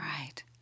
right